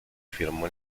firmó